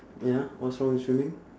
ya what's wrong with swimming